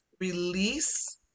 release